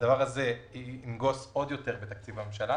והדבר הזה ינגוס עוד יותר בתקציב הממשלה.